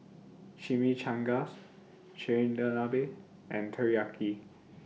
Chimichangas Chigenabe and Teriyaki